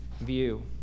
view